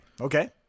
Okay